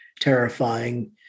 terrifying